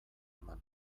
eman